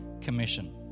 commission